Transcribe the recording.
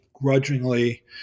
grudgingly